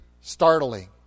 startling